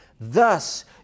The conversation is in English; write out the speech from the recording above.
Thus